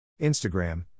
Instagram